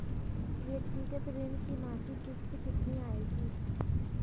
व्यक्तिगत ऋण की मासिक किश्त कितनी आएगी?